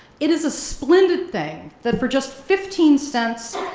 it is a splendid thing that for just fifteen cents,